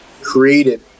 created